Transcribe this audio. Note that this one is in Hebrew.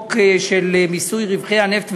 חוק מיסוי רווחי נפט,